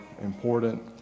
important